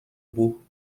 burro